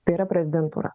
tai yra prezidentūra